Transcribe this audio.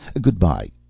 Goodbye